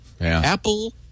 Apple